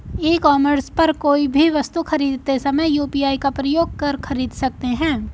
ई commerce पर कोई भी वस्तु खरीदते समय यू.पी.आई का प्रयोग कर खरीद सकते हैं